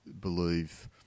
believe